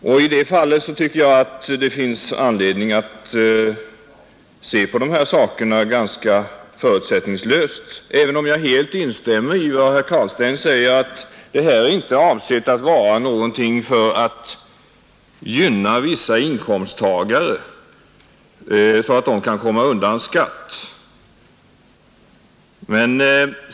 Det finns anledning att se på dessa saker ganska förutsättningslöst, även om jag helt instämmer i vad herr Carlstein säger, att en förändring inte får syfta till att gynna vissa inkomsttagare, så att de kan komma undan skatt.